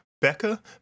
Becca